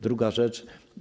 Druga rzecz.